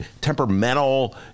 temperamental